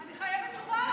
אני חייבת תשובה,